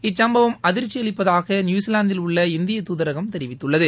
இச்சம்பவம் அதிர்ச்சி அளிப்பதாக நியுசிலாந்தில் உள்ள இந்திய துதரகம் தெரிவித்துள்ளது